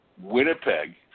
Winnipeg